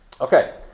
Okay